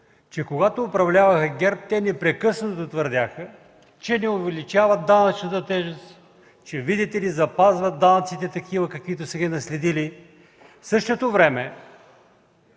че когато ГЕРБ управляваше, те непрекъснато твърдяха, че не увеличават данъчната тежест, че видите ли запазват данъците такива, каквито са ги наследили. В същото време